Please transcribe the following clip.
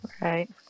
Right